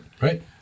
right